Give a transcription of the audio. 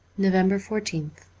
november fourteenth